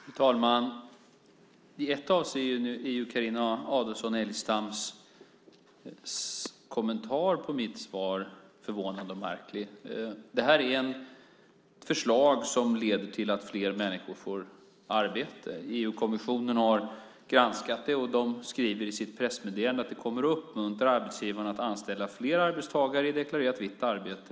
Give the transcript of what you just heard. Fru talman! I ett avseende är Carina Adolfsson Elgestams kommentar på mitt svar förvånande och märklig. Det här är ett förslag som leder till att fler människor får arbete. EU-kommissionen har granskat det, och de skriver i sitt pressmeddelande att det kommer att uppmuntra arbetsgivarna att anställa fler arbetstagare i deklarerat vitt arbete.